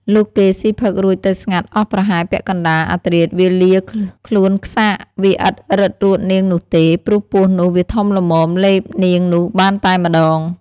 លុះគេស៊ីផឹករួចទៅស្ងាត់អស់ប្រហែល ពាក់កណ្ដាល អាធ្រាតវាលាខ្លួនខ្សាក វាឥតរឹតរួតនាងនោះទេ ព្រោះពស់នោះវាធំល្មមលេបនាងនោះបានតែម្ដង។